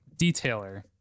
detailer